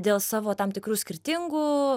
dėl savo tam tikrų skirtingų